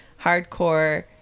hardcore